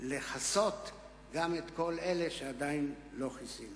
לכסות גם את כל אלה שעדיין לא כיסינו.